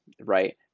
right